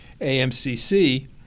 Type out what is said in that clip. AMCC